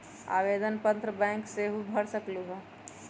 आवेदन पत्र बैंक सेहु भर सकलु ह?